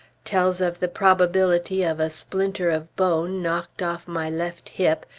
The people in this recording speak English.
tells of the probability of a splinter of bone knocked off my left hip,